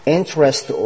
Interest